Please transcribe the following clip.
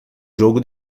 jogo